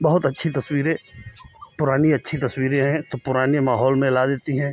बहुत अच्छी तस्वीरें पुरानी अच्छी तस्वीरें हैं तो पुराने माहौल में ला देती हैं